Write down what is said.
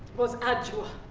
was adjua.